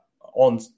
on